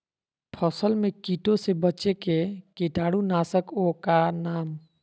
फसल में कीटों से बचे के कीटाणु नाशक ओं का नाम?